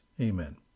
Amen